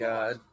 God